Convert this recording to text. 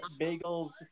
bagels